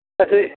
ਅੱਛਾ ਜੀ